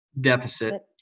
deficit